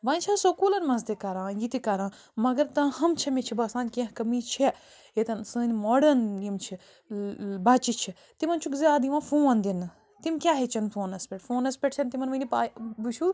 وۄنۍ چھِ آز سکوٗلَن منٛز تہِ کران یہِ تہِ کران مگر تاہم چھُ مےٚ چھُ باسان کیٚنٛہہ کمی چھِ یٚتیٚن سٲنۍ ماڈٲرٕن یِم چھِ ٲں بچہِ چھِ تِمن چھُکھ زیادٕ یوان فون دنہٕ تِم کیٛاہ ہیٚچھیٚن فونَس پٮ۪ٹھ فونَس پٮ۪ٹھ چھَنہٕ تِمن وُنہِ پاے وُچھُو